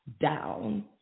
down